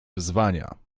wyzwania